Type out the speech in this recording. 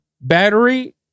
battery